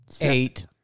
Eight